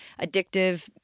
addictive